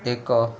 ଏକ